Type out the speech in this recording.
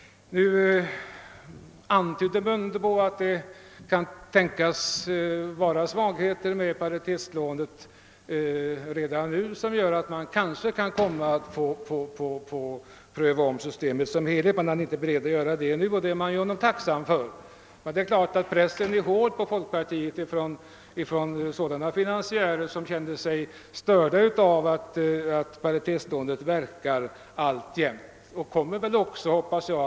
Vidare antydde herr Mundebo att det redan nu kan vara en del svagheter förknippade med paritetslånen, som gör att vi kanske måste pröva om hela systemet. Nu är man dock inte beredd att göra det. Det är jag tacksam för. Självfallet är pressen på folkpartiet hård från sådana finansiärer som känner sig störda av att paritetslånets villkor verkar och kommer att verka framdeles.